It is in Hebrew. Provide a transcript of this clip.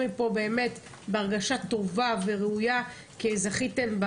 מפה באמת בהרגשה טובה וראויה כי זכיתם,